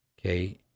Okay